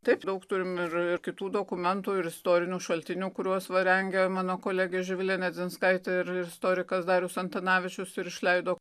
taip daug turim ir ir kitų dokumentų ir istorinių šaltinių kuriuos va rengia mano kolegė živilė nedzinskaitė ir istorikas darius antanavičius ir išleido